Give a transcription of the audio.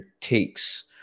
takes